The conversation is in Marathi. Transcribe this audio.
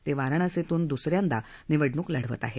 ते वाराणसीतून दूस यांदा निवडणूक लढवत आहेत